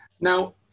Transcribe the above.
Now